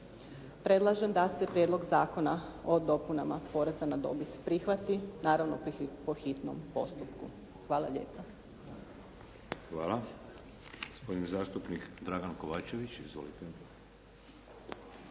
predlažem da se prijedlog zakona o dopunama poreza na dobit prihvati, naravno po hitnom postupku. Hvala lijepa.